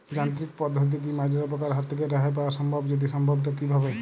যান্ত্রিক পদ্ধতিতে কী মাজরা পোকার হাত থেকে রেহাই পাওয়া সম্ভব যদি সম্ভব তো কী ভাবে?